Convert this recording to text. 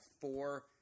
four